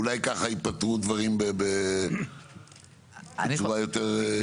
אולי ככה יפתרו דברים בצורה יותר טובה.